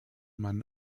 man